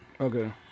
Okay